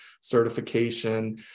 certification